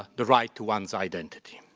the right to one's identity.